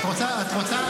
את רוצה,